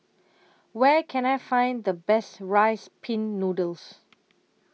Where Can I Find The Best Rice Pin Noodles